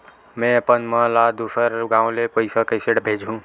में अपन मा ला दुसर गांव से पईसा कइसे भेजहु?